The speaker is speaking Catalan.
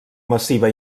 massiva